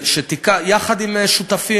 יחד עם שותפים,